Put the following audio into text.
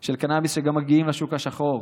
של קנביס, שגם מגיעים לשוק השחור,